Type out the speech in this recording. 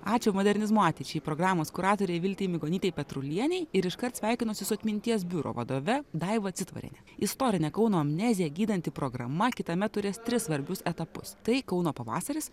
ačiū modernizmo ateičiai programos kuratorei viltei migonytei petrulienei ir iškart sveikinosi su atminties biuro vadove daiva citvariene istorinę kauno amneziją gydanti programa kitąmet turės tris svarbius etapus tai kauno pavasaris